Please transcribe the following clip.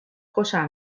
خوشم